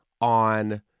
on